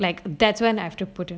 like that's when after putting